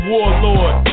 Warlord